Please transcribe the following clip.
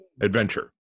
adventure